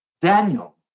Daniel